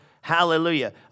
hallelujah